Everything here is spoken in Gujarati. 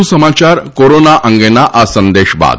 વધુ સમાચાર કોરોના અંગેના આ સંદેશ બાદ